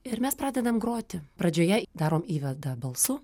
ir mes pradedam groti pradžioje darom įvadą balsu